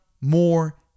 more